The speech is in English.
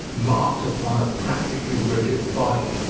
marked upon a practically-rigid body,